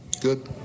Good